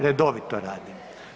Redovito radim.